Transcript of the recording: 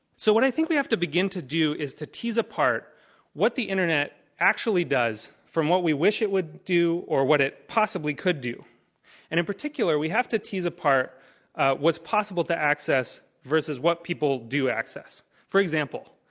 so what i think we have to begin to do is to tease apart what the internet actually does from what we wish it would do or what it possibly could do. and in particular we have to tease apart what's possible to access versus what people do access. for example,